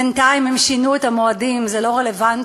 בינתיים הם שינו את המועדים, זה לא רלוונטי,